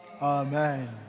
Amen